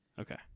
Okay